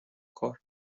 کار